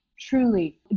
Truly